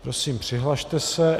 Prosím přihlaste se.